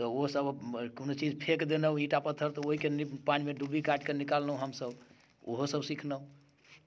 तऽ ओ सभ कोनो चीज फेक देलहुँ ईटा पत्थर तऽ ओहि पानिमे डुब्बी काटिके निकाललहुँ हमसभ तऽ ओहो सभ सिखलहुँ